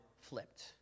flipped